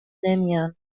نمیان